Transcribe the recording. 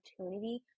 opportunity